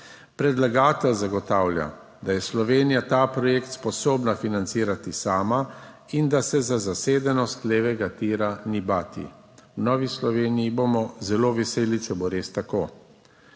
Predlagatelj zagotavlja, da je Slovenija ta projekt sposobna financirati sama, in da se za zasedenost levega tira ni bati. V Novi Sloveniji bomo zelo veseli, če bo res tako.